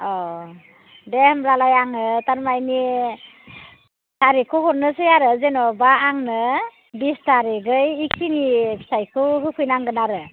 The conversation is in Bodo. अ दे होनब्लालाय आङो तारमाने तारिखखौ हरनोसै आरो जेनेबा आंनो बिस तारिखै बेखिनि फिथाइखो होफैनांगोन आरो